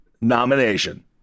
Nomination